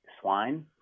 swine